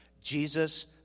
Jesus